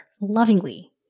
lovingly